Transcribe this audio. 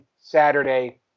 Saturday